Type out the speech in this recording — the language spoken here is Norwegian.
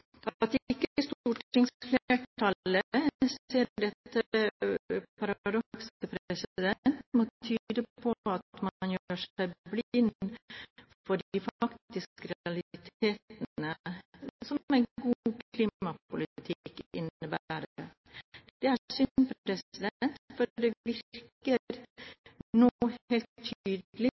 på at man gjør seg blind for de faktiske realitetene som en god klimapolitikk innebærer. Det er synd, for det virker nå helt